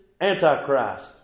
Antichrist